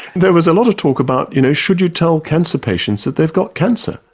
there was a lot of talk about you know should you tell cancer patients that they've got cancer.